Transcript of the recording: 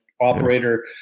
operator